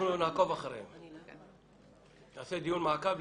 נעקוב אחריהם, נעשה דיון מעקב.